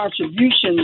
contributions